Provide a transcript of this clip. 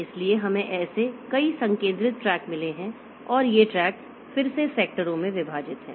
इसलिए हमें कई ऐसे संकेंद्रित ट्रैक मिले हैं और ये ट्रैक फिर से सेक्टरों में विभाजित हैं